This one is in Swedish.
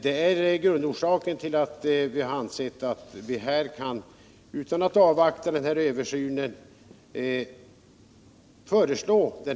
Det är grundorsaken till att vi ansett att vi här kan föreslå denna ändring utan att avvakta översynen.